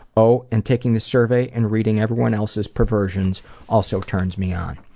oh, and taking this survey and reading everyone else's perversions also turns me on.